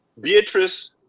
Beatrice